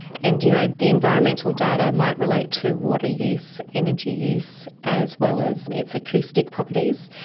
and you know the environmental data might relate to water use, energy use, as well as its acoustic properties.